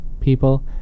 people